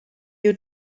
you